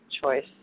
choice